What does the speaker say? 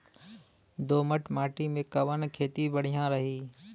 दोमट माटी में कवन खेती बढ़िया रही?